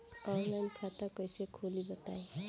Online खाता कइसे खोली बताई?